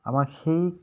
আমাৰ সেই